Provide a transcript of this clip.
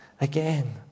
again